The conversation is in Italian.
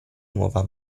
nuova